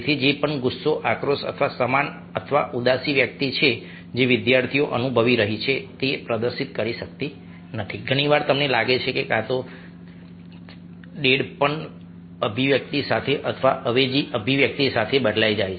તેથી જે પણ ગુસ્સો આક્રોશ અથવા સમાન અથવા ઉદાસી વ્યક્તિ જે વિદ્યાર્થી અનુભવી રહી છે તે પ્રદર્શિત કરતી નથી કે ઘણી વાર તમને લાગે છે કે તે કાં તો ડેડપન અભિવ્યક્તિ સાથે અથવા અવેજી અભિવ્યક્તિ સાથે બદલાઈ જાય છે